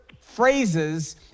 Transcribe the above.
phrases